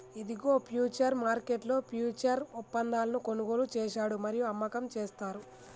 ఇదిగో ఫ్యూచర్స్ మార్కెట్లో ఫ్యూచర్స్ ఒప్పందాలను కొనుగోలు చేశాడు మరియు అమ్మకం చేస్తారు